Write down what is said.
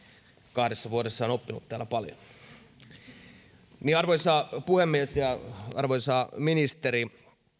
kahdessa vuodessa on oppinut täällä paljon arvoisa puhemies arvoisa ministeri